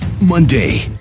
Monday